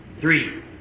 Three